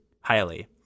Highly